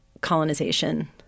colonization